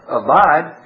abide